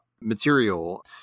material